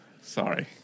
Sorry